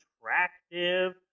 attractive